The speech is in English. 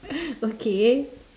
okay